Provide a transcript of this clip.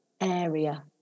area